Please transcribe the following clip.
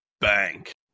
bank